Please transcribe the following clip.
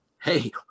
hey